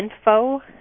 info